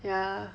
ya